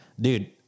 Dude